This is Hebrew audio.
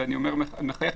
ואני שמח עליה,